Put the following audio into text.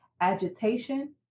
agitation